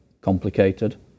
complicated